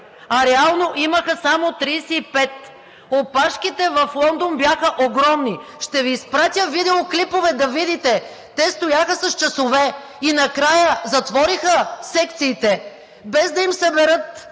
а реално имаха само 35. Опашките в Лондон бяха огромни. Ще Ви изпратя видеоклипове да видите. Те стояха с часове и накрая затвориха секциите, без да им съберат